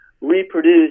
reproduce